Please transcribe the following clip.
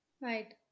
right